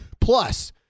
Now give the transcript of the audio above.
Plus